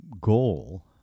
goal